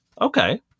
Okay